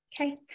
okay